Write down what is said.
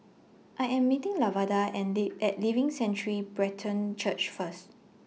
I Am meeting Lavada At Live At Living Sanctuary Brethren Church First